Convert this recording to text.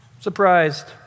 surprised